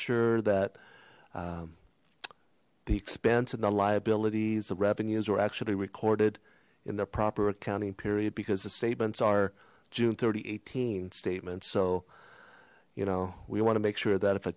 sure that the expense and the liabilities the revenues were actually recorded in their proper accounting period because the statements are june thirty eighteen statement so you know we want to make sure that if a